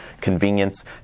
convenience